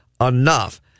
enough